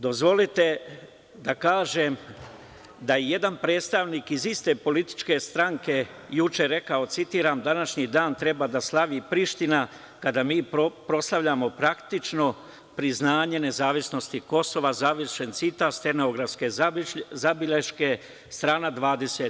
Dozvolite da kažem da je jedan predstavnik iz iste političke stranke juče rekao, citiram – današnji dan treba da slavi Priština kada mi proslavljamo praktično priznanje nezavisnosti Kosova, završen citat, stenografske beleške strana 20.